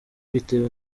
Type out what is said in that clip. bitewe